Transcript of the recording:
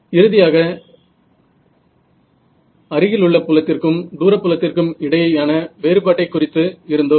இறுதியாக அருகிலுள்ள புலத்திற்கும் தூரப் புலத்திற்கும் இடையேயான வேறுபாட்டை குறித்து இருந்தோம்